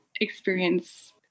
experience